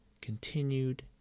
continued